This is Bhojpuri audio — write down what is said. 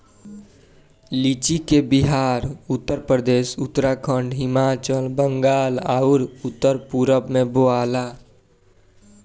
लीची के बिहार, उत्तरप्रदेश, उत्तराखंड, हिमाचल, बंगाल आउर उत्तर पूरब में बोआला